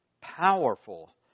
powerful